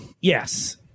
Yes